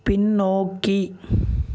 பின்னோக்கி